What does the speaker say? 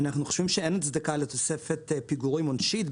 אין הצדקה לתוספת פיגורים עונשית,